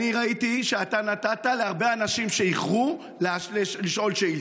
אני ראיתי שאתה נתת להרבה אנשים שאיחרו לשאול שאילתות.